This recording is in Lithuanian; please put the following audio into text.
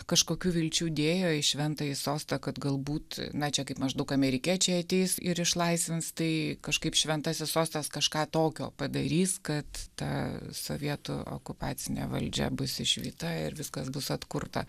kažkokių vilčių dėjo į šventąjį sostą kad galbūt na čia kaip maždaug amerikiečiai ateis ir išlaisvins tai kažkaip šventasis sostas kažką tokio padarys kad ta sovietų okupacinė valdžia bus išvyta ir viskas bus atkurta